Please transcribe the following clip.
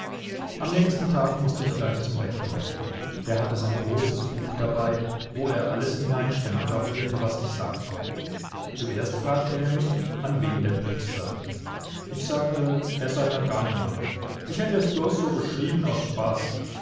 am nächsten tag mußte ich gleich zum rektor der hatte sein großes buch dabei wo er alles hineinstenographierte was ich sagte zuerst fragte er mich an wen der brief sei ich sagte er sei an gar niemand ich hätte es bloß so geschrieben aus spaß